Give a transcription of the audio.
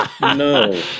No